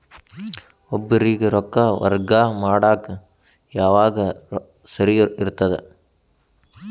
ಒಬ್ಬರಿಗ ರೊಕ್ಕ ವರ್ಗಾ ಮಾಡಾಕ್ ಯಾವಾಗ ಸರಿ ಇರ್ತದ್?